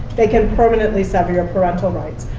they can permanently sever your parental rights.